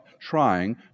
trying